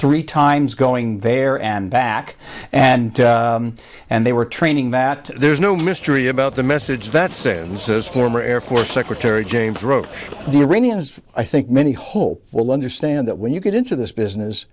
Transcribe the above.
three times going there and back and and they were training that there's no mystery about the message that since as former air force secretary james wrote the iranians i think many hope will understand that when you get into this business